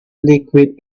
liquid